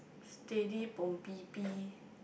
steady bom pi pi